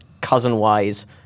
cousin-wise